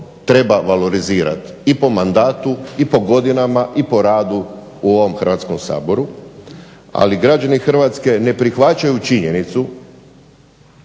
treba valorizirati i po mandatu i po godinama i po radu u ovom Hrvatskom saboru. Ali, građani Hrvatske ne prihvaćaju činjenicu